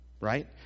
right